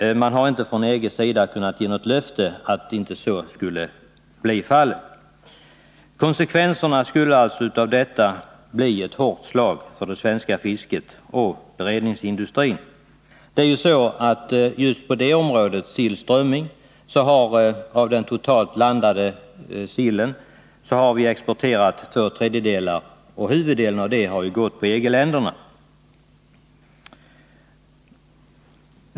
Man har från EG:s sida inte kunnat ge något löfte om att så inte skulle bli fallet. Konsekvenserna av detta skulle bli ett hårt slag för det svenska fisket och beredningsindustrin. Just på området sill och strömming har vi av den totalt landade sillen exporterat två tredjedelar, och huvuddelen av detta har gått till EG-länderna.